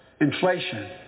Inflation